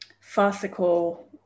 farcical